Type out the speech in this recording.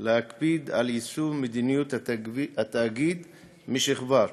להקפיד על יישום מדיניות התאגיד משכבר,